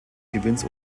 gewinns